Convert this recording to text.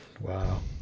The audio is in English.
Wow